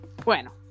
bueno